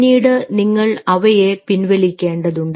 പിന്നീട് നിങ്ങൾ അവയെ പിൻവലിക്കേണ്ടതുണ്ട്